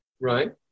Right